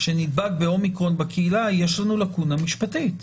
שנדבק באומיקרון בקהילה, יש לנו לקונה משפטית.